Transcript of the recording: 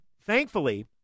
thankfully